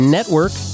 Network